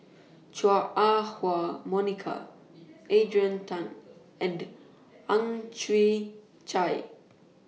Chua Ah Huwa Monica Adrian Tan and Ang Chwee Chai